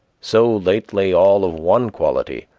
so lately all of one quality,